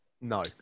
No